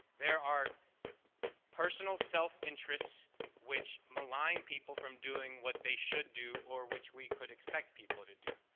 there are personal self interest which malign people from doing what they should do or which we could expect people to do.